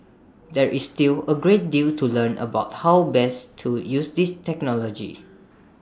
there is still A great deal to learn about how best to use this technology